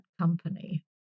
company